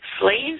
Slaves